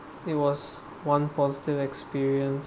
it was one positive experience